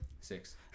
Six